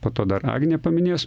po to dar agnė paminės